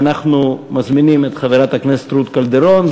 אנחנו מזמינים את חברת הכנסת רות קלדרון,